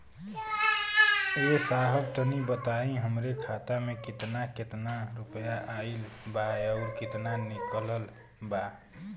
ए साहब तनि बताई हमरे खाता मे कितना केतना रुपया आईल बा अउर कितना निकलल बा?